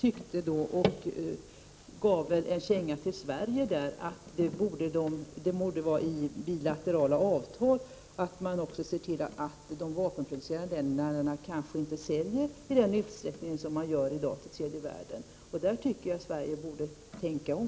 Men banken gav då en känga till Sverige och framhöll att man borde i bilaterala avtal se till att de vapenproducerande länderna inte säljer vapen i den utsträckning som de gör i dag till länder i tredje världen. Där tycker jag att Sverige borde tänka om.